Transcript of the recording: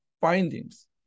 findings